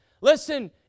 listen